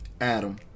Adam